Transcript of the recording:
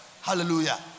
Hallelujah